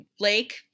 lake